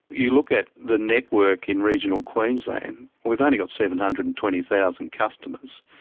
you look at the network in regional queensland, we've only got seven hundred and twenty thousand customers,